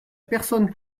personne